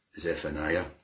Zephaniah